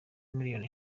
miliyoni